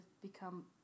become